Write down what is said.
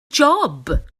job